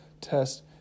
test